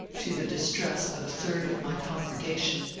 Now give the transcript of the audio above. to the distress of a third of my con gregation,